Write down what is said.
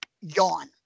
yawn